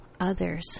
others